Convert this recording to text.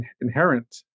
inherent